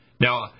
Now